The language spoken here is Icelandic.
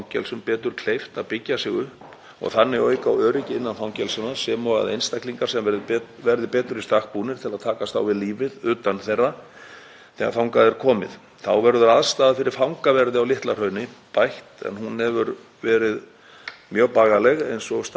þegar þangað er komið. Þá verður aðstaða fyrir fangaverði á Litla-Hrauni bætt en hún hefur verið mjög bagaleg. Eins og staðan er í dag þá mæta varðstofur fangavarða ekki þeim kröfum sem gerðar eru til varðstofa í fangelsum.